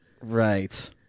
Right